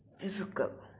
physical